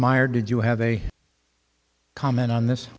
meyer did you have a comment on this